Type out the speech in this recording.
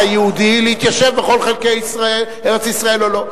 יהודי להתיישב בכל חלקי ארץ-ישראל או לא.